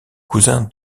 cousin